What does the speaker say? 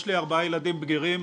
יש לי ארבעה ילדים בגירים,